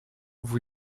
vous